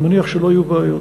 אני מניח שלא יהיו בעיות.